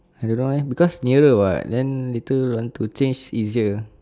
I don't know leh because nearer [what] then later want to change easier